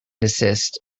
desist